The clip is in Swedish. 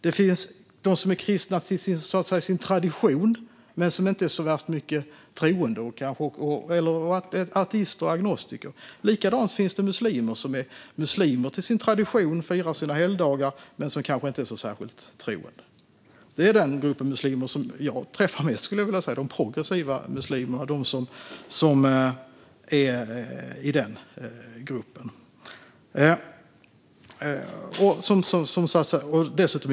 Det finns de som har kristna traditioner men som inte är så värst troende, eller som är ateister eller agnostiker. Likadant finns det muslimer som har muslimska traditioner, som firar sina helgdagar, men som kanske inte är särskilt troende och dessutom är i grunden sekulära. Det är den gruppen muslimer, de progressiva muslimerna, som jag träffar mest.